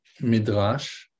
midrash